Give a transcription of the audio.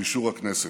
לאישור הכנסת.